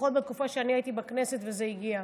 לפחות בתקופה שאני הייתי בכנסת וזה הגיע.